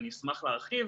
אני אשמח להרחיב